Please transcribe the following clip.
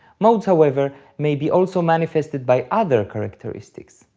modes however, may be also manifested by other characteristics,